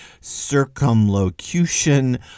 circumlocution